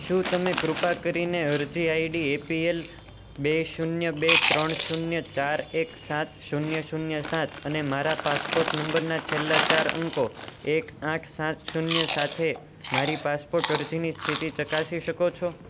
શું તમે કૃપા કરીને અરજી આઈડી એપીએલ બે શૂન્ય બે ત્રણ શૂન્ય ચાર એક સાત શૂન્ય શૂન્ય સાત અને મારા પાસપોર્ટ નંબરના છેલ્લા ચાર અંકો એક આઠ સાત શૂન્ય સાથે મારી પાસપોર્ટ અરજીની સ્થિતિ ચકાસી શકો છો